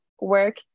work